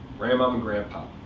grandmom and grandpop